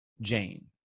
Jane